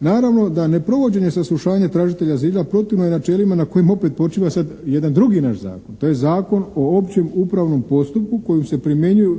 naravno da ne provođenje saslušanja tražitelja azila protivno je načelima na kojem opet počiva sada jedan drugi naš zakon, to je Zakon o općem upravnom postupku koji se primjenjuje